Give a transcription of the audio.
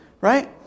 Right